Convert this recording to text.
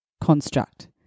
construct